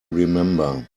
remember